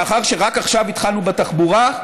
מאחר שרק עכשיו התחלנו בתחבורה,